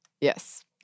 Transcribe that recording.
yes